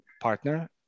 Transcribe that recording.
partner